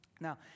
Now